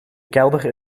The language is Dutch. kelder